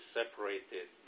separated